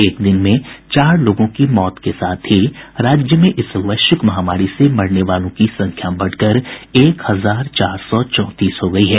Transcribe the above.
एक दिन में चार लोगों की मौत के साथ ही राज्य में इस वैश्विक महामारी से मरने वालों की संख्या बढ़कर एक हजार चार सौ चौंतीस हो गई है